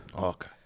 Okay